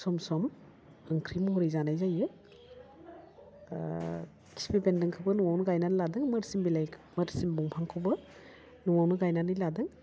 सम सम ओंख्रि महरै जानाय जायो खिफि बेन्दोंखौबो न'वावनो गायनानै लादों मोरसिम बिलाइ मोरसिम बिफांखौबो न'वावनो गायनानै लादों